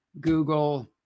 google